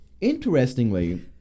interestingly